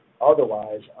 otherwise